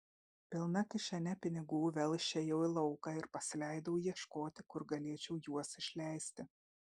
pilna kišene pinigų vėl išėjau į lauką ir pasileidau ieškoti kur galėčiau juos išleisti